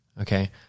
Okay